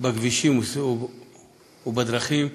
בכבישים ובדרכים.